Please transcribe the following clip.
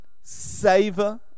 savor